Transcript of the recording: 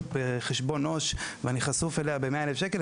בחשבון עובר ושב ואני חשוף אליה ב-100,000 שקלים,